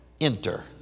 Enter